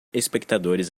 espectadores